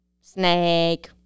snake